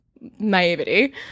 naivety